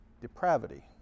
depravity